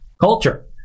culture